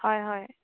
হয় হয়